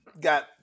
got